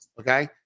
Okay